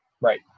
Right